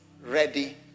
ready